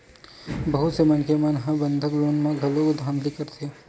बहुत से मनखे मन ह बंधक लोन म घलो धांधली करथे